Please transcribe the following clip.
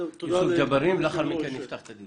יוסף ג'בארין ולאחר מכן נפתח את הדיון.